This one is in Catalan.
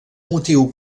motiu